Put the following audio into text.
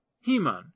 Heman